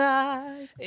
eyes